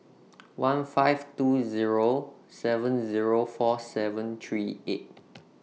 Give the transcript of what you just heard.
one five two Zero seven Zero four seven three eight